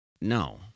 No